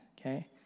okay